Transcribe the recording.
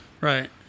right